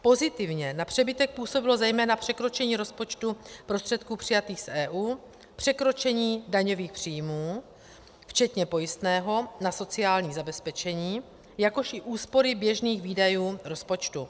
Pozitivně na přebytek působilo zejména překročení rozpočtu prostředků přijatých z EU, překročení daňových příjmů včetně pojistného na sociální zabezpečení, jakož i úspory běžných výdajů rozpočtu.